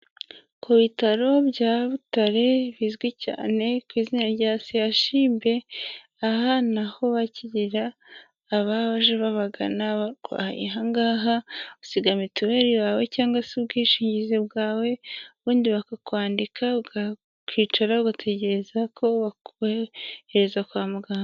Ku bitaro bya Butare bizwi cyane ku izina rya CHUB, aha ni aho bakirira abaje babagana barwaye aha ngaha usiga mituweli yawe cyangwa se ubwishingizi bwawe, ubundi bakakwandika ugategereza ko bakohereza kwa muganga.